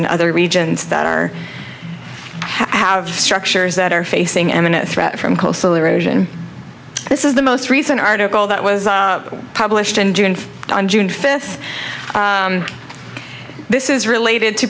in other regions that are have structures that are facing eminent threat from close allusion this is the most recent article that was published in june on june fifth this is related to